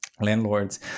landlords